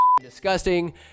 disgusting